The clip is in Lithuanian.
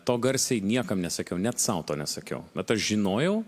to garsiai niekam nesakiau net sau to nesakiau bet aš žinojau